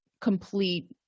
complete